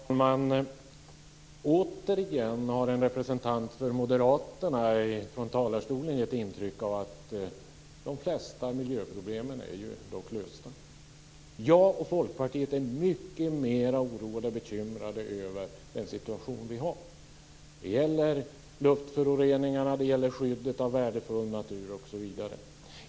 Fru talman! Återigen har en representant för Moderaterna här i talarstolen gett intryck av att de flesta miljöproblemen dock är lösta. Jag och Folkpartiet är mycket mer oroade och bekymrade över den situation vi har. Det gäller luftföroreningarna, skyddet av värdefull natur osv.